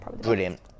Brilliant